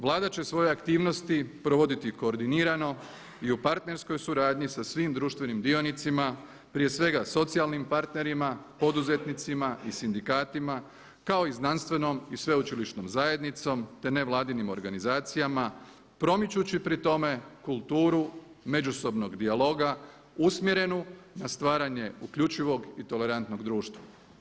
Vlada će svoje aktivnosti provoditi koordinirano i u partnerskoj suradnji sa svim društvenim dionicima prije svega socijalnim partnerima, poduzetnicima i sindikatima kao i znanstvenom i sveučilišnom zajednicom, te nevladinim organizacijama promičući pri tome kulturu međusobnog dijaloga usmjerenu na stvaranje uključivog i tolerantnog društva.